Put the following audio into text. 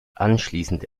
anschließend